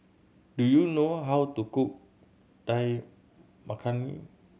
do you know how to cook Dal Makhani